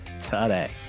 today